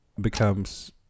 becomes